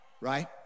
right